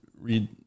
read